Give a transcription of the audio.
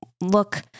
look